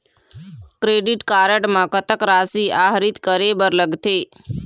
Credit card म कतक राशि आहरित करे बर लगथे?